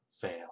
fail